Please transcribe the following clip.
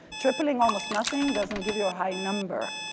tripling almost nothing doesn't give you a high number